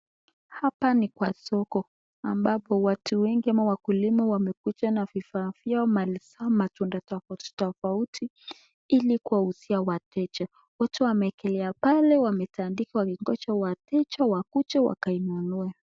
Hapa ni kwa soko ambapo watu wengi ama wakulima wamekuja na vifaa vyao, mali zao, matunda tofauti tofauti ili kuwauzia wateja. Wote wameekelea pale, wametandika, wangoja wateja wakuja wakainunue.